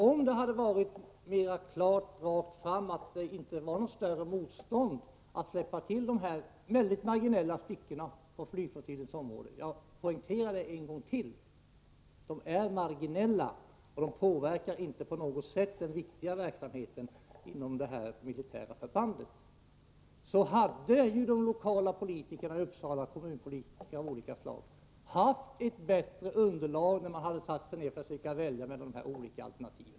Om det hade gjorts klart att det inte fanns något större motstånd mot att släppa till de mycket marginella utrymmen på flygfottiljens område som det är fråga om — jag poängterar än en gång att markområdena är marginella och på intet sätt påverkar den viktiga verksamheten vid det militära förbandet — så hade ju de lokala kommunpolitikerna av skilda slag i Uppsala haft ett bättre underlag när de satte sig ner för att försöka välja mellan olika alternativ.